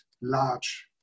large